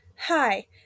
Hi